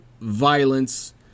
violence